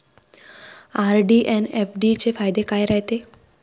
RD अन FD चे फायदे काय रायते?